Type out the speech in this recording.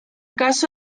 caso